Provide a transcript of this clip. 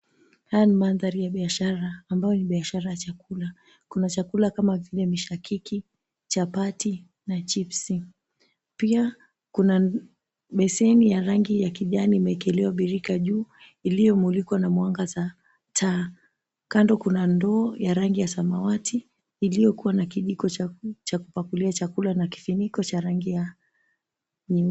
Haya ni mandhari ya biashara ambayo ni biashara ya chakula. Kuna chakula kama vile mishakiki, chapati na chipsi. Pia kuna beseni ya rangi ya kijani imeekelewa birika juu iliyomulikwa na mwanga za taa. Kando kuna ndoo ya rangi ya samawati iliyokuwa na kijiko cha kupakulia chakula na kifuniko cha rangi ya nyeupe.